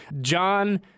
John –